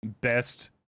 best